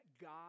God